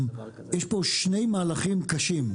יש פה שני מהלכים קשים.